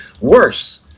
worse